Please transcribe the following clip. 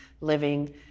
living